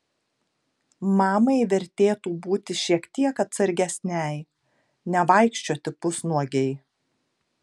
mamai vertėtų būti šiek tiek atsargesnei nevaikščioti pusnuogei